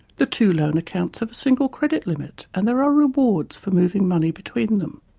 the two loan accounts have a single credit limit and there are rewards for moving money between them.